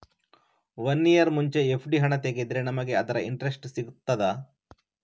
One year ಮುಂಚೆ FD ಹಣ ತೆಗೆದ್ರೆ ನಮಗೆ ಅದರ ಇಂಟ್ರೆಸ್ಟ್ ಸಿಗ್ತದ?